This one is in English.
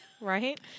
Right